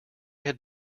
had